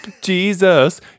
Jesus